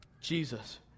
Jesus